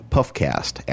PuffCast